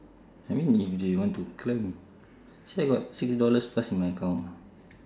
I mean if they want to climb actually I got six dollars plus in my account